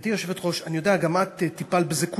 גברתי היושבת-ראש, אני יודע, גם את טיפלת בזה.